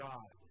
God